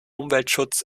umweltschutz